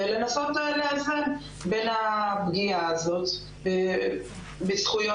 ולנסות לאזן בין הפגיעה הזאת בזכויות